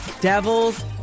Devil's